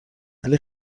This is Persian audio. ولی